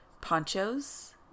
ponchos